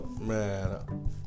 Man